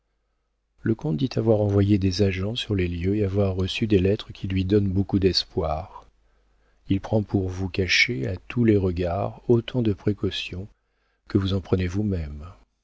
le comte dit avoir envoyé des agents sur les lieux et avoir reçu des lettres qui lui donnent beaucoup d'espoir il prend pour vous cacher à tous les regards autant de précautions que vous en prenez vous-même